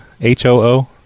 H-O-O